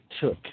took